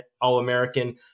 All-American